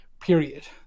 period